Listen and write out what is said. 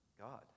God